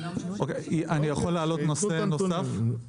אני מבקש להעלות נושא נוסף.